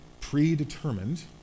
predetermined